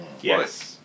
Yes